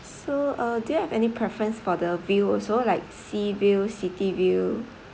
so uh do you have any preference for the view also like sea view city view